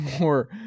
more